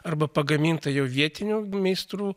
arba pagaminta jau vietinių meistrų